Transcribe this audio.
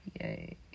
yay